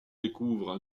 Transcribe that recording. découvrent